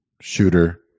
shooter